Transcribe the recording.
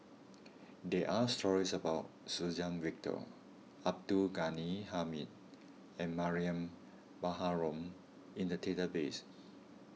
there are stories about Suzann Victor Abdul Ghani Hamid and Mariam Baharom in the database